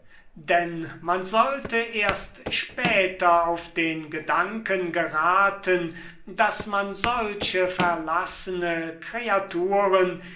denn man sollte erst später auf den gedanken geraten daß man solche verlassene kreaturen